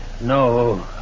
No